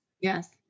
yes